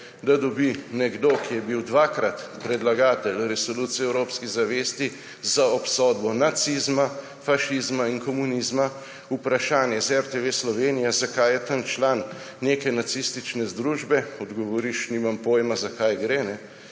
da dobi nekdo, ki je bil dvakrat predlagatelj Resolucije o evropske zavesti za obsodbo nacizma, fašizma in komunizma vprašanje iz RTV Slovenija, zakaj je tam član neke nacistične združbe, odgovoriš, »nimam pojma, za kaj gre«, ti